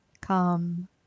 Come